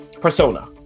persona